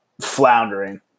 floundering